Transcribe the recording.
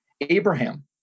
Abraham